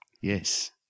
Yes